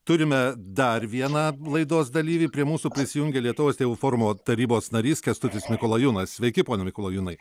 turime dar vieną laidos dalyvį prie mūsų prisijungė lietuvos tėvų forumo tarybos narys kęstutis mikolajūnas sveiki pone mikolajūnai